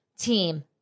team